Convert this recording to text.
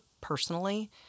personally